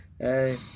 Hey